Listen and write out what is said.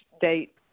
date